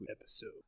episode